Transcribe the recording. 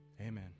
amen